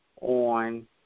on